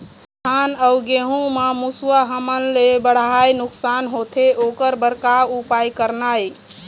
धान अउ गेहूं म मुसवा हमन ले बड़हाए नुकसान होथे ओकर बर का उपाय करना ये?